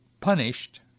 punished